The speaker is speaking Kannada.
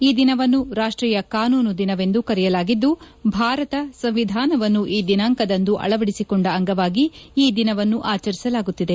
ಈ ದಿನವನ್ನು ರಾಷ್ಟೀಯ ಕಾನೂನು ದಿನವೆಂದು ಕರೆಯಲಾಗಿದ್ದು ಭಾರತ ಸಂವಿಧಾನವನ್ನು ಈ ದಿನಾಂಕದಂದು ಅಳವದಿಸಿಕೊಂಡ ಅಂಗವಾಗಿ ಈ ದಿನವನ್ನು ಆಚರಿಸಲಾಗುತ್ತಿದೆ